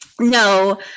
No